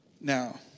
Now